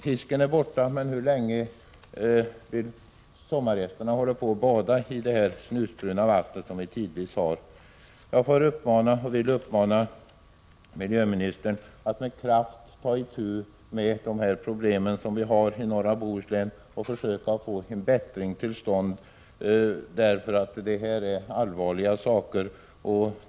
Fisken är borta, men hur länge vill sommargästerna hålla på att bada i det snusbruna vatten som vi tidvis har? Jag vill uppmana miljöministern att med kraft ta itu med de problem som vi har i norra Bohuslän och försöka få en bättring till stånd. Det som pågår är allvarligt.